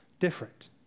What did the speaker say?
different